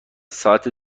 ساعت